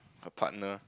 a partner